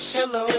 Hello